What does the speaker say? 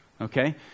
okay